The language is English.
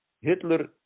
Hitler